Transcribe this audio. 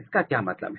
इसका क्या मतलब है